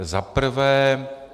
Za prvé.